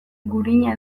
gurina